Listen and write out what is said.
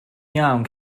iawn